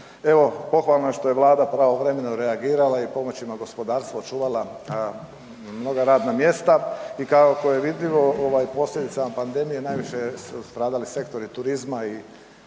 no pohvalno je što je Vlada pravovremeno reagirala i pomoćima gospodarstvo očuvala mnoga radna mjesta. I kako je vidljivo u posljedicama pandemije su stradali sektori turizma i